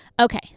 Okay